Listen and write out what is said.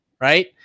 right